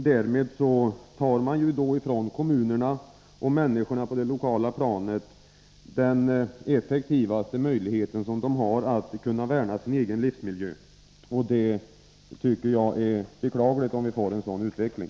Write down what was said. Därmed tar man ifrån kommunerna och människorna på det lokala planet den mest effektiva möjligheten de har att kunna värna sin egen livsmiljö, och jag tycker att det är beklagligt om vi får en sådan utveckling.